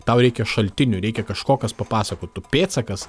tau reikia šaltinių reikia kažko kas papasakotų pėdsakas